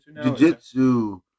jujitsu